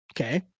Okay